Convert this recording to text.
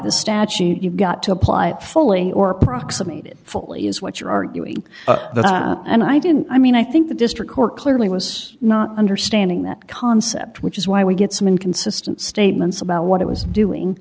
the statute you've got to apply it fully or proximate it fully is what you're arguing and i didn't i mean i think the district court clearly was not understanding that concept which is why we get some inconsistent statements about what it was doing